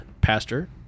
pastor